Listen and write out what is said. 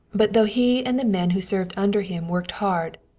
but though he and the men who served under him worked hard,